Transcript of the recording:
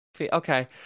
okay